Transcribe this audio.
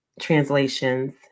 translations